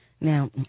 Now